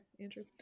Andrew